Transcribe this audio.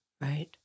Right